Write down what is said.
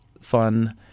fun